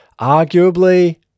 arguably